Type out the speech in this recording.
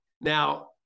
Now